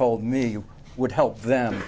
told me you would help them